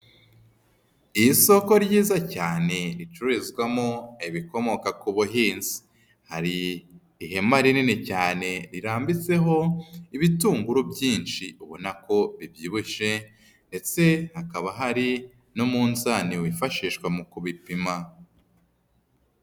Isoko ryiza cyane ricururizwamo ibikomoka ku buhinzi, hari ihema rinini cyane rirambitseho ibitunguru byinshi ubona ko bibyibushe ndetse hakaba hari n'umunzani wifashishwa mu kubipima.